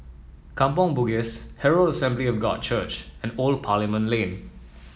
Kampong Bugis Herald Assembly of God Church and Old Parliament Lane